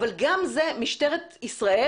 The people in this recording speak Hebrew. אבל גם זה משטרת ישראל,